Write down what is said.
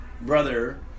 brother